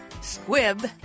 Squib